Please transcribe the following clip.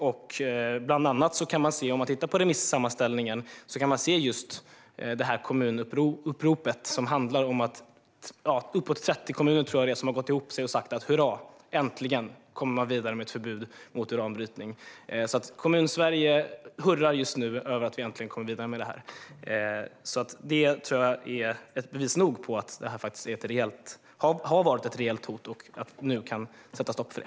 I det kommunupprop man kan se i remissammanställningen är det uppåt 30 kommuner som har gått ihop och sagt: Hurra, äntligen kommer man vidare med ett förbud mot uranbrytning! Kommunsverige hurrar just nu över att vi äntligen kommer vidare med det här. Det tror jag är bevis nog på att det har varit ett reellt hot och att vi nu kan sätta stopp för det.